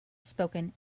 spoken